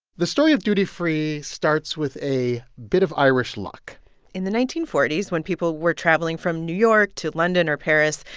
the story of duty-free starts with a bit of irish luck in the nineteen forty s, when people were travelling from new york to london or paris,